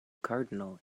cardinal